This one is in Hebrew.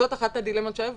זאת אחת הדילמות שהיו,